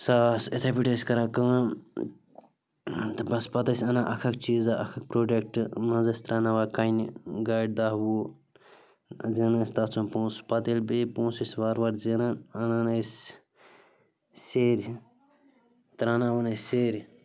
ساس یِتھَے پٲٹھۍ ٲسۍ کران کٲم تِہ بَس پَتہٕ ٲسۍ اَنان اکھ اکھ چیٖزا اکھ اکھ پرٛوڈکٹ منٛزٕ ٲسۍ ترٛاناوان کَنہِ گاڑِ دَہ وُہ زینا ٲسۍ تتھ سُمب پونٛسہٕ پَتہٕ ییٚلہِ بیٚیہِ پونٛسہٕ ٲسۍ وارٕ وارٕ زینان اَنان ٲسۍ سیرِ ترٛاناوان ٲسۍ سیرِ